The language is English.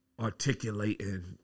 articulating